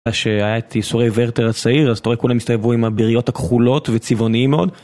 כשהיה את "ייסורי ורתר הצעיר", אז אתה רואה, כולם הסתובבו עם הביריות הכחולות, וצבעוני מאוד.